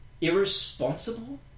irresponsible